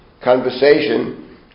conversation